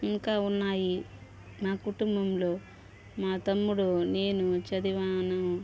ఇంకా ఉన్నాయి నా కుటుంబంలో మా తమ్ముడు నేను చదివాను